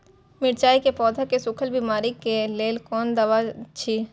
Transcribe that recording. मिरचाई के पौधा के सुखक बिमारी के लेल कोन दवा अछि?